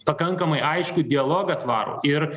pakankamai aiškų dialogą tvarų ir